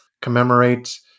commemorate